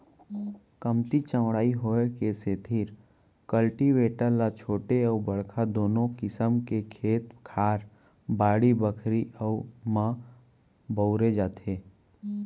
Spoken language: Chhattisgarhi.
कमती चौड़ाई होय के सेतिर कल्टीवेटर ल छोटे अउ बड़का दुनों किसम के खेत खार, बाड़ी बखरी म बउरे जाथे